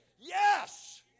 Yes